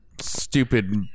Stupid